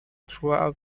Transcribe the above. throughout